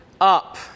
up